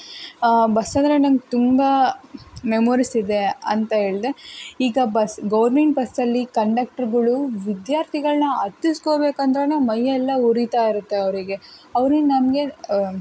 ಬಸ್ಸಂದರೆ ನಂಗೆ ತುಂಬ ಮೆಮೊರಿಸ್ ಇದೆ ಅಂತ ಹೇಳ್ದೆ ಈಗ ಬಸ್ ಗೋರ್ಮೆಂಟ್ ಬಸ್ಸಲ್ಲಿ ಕಂಡಕ್ಟರ್ಗಳು ವಿದ್ಯಾರ್ಥಿಗಳನ್ನ ಹತ್ತಿಸ್ಕೋಬೇಕಂದ್ರೆನೆ ಮೈಯೆಲ್ಲ ಉರಿತಾ ಇರುತ್ತೆ ಅವರಿಗೆ ಅವರು ನಮಗೆ